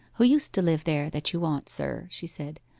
who used to live there, that you want, sir she said.